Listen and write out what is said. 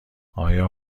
آیا